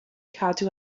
cadw